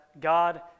God